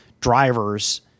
drivers